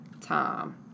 time